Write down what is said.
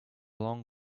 long